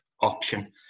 option